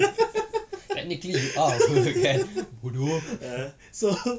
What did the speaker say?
ah so